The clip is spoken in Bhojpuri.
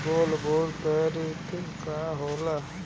गोल्ड बोंड करतिं का होला?